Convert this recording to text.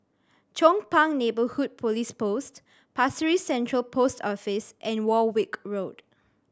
Chong Pang Neighbourhood Police Post Pasir Ris Central Post Office and Warwick Road